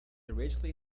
originally